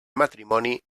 matrimoni